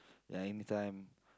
ya anytime